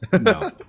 No